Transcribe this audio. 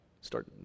Start